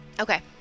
Okay